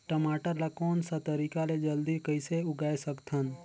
टमाटर ला कोन सा तरीका ले जल्दी कइसे उगाय सकथन?